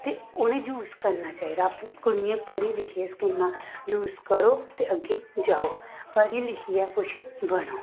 ते उ'नें गी यूज करना चाहिदा आपूं कुड़ियें पढ़ी लिखियै स्कीमा यूज करो ते अग्गें जाओ पढ़ी लिखियै कुछ बनो